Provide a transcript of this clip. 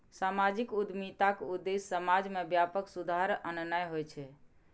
सामाजिक उद्यमिताक उद्देश्य समाज मे व्यापक सुधार आननाय होइ छै